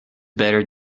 better